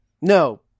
No